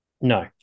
No